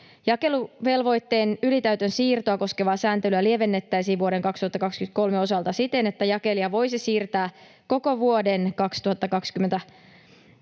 Jakeluvelvoitteen ylitäytön siirtoa koskevaa sääntelyä lievennettäisiin vuoden 2023 osalta siten, että jakelija voisi siirtää koko vuoden 2023